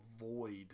avoid